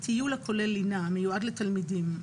טיול הכולל לינה המיועד לתלמידים,